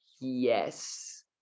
yes